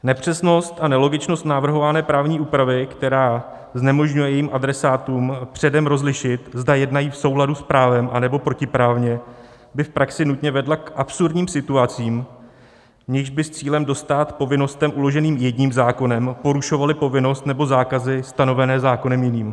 Nepřesnost a nelogičnost navrhované právní úpravy, která znemožňuje jejím adresátům předem rozlišit, zda jednají v souladu s právem, anebo protiprávně, by v praxi nutně vedla k absurdním situacím, v nichž by s cílem dostát povinnostem uloženým jedním zákonem porušovali povinnost nebo zákazy stanovené zákonem jiným.